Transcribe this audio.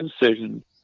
decision